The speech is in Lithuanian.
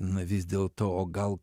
na vis dėlto o gal